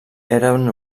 eren